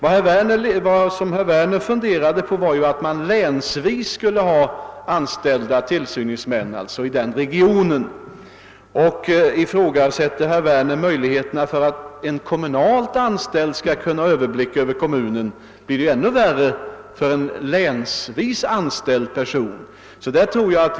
Herr Werner funderade på att tillsynsmännen borde arbeta länsvis. Men om herr Werner ifrågasätter möjligheterna för en kommunalt anställd att få överblick över kommunen, så måste det ju bli ännu svårare för en person som har hela länet som verksamhetsområde.